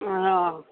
ಹಾಂ